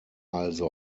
also